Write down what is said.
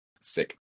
Sick